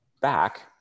back